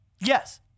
Yes